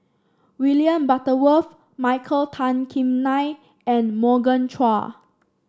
William Butterworth Michael Tan Kim Nei and Morgan Chua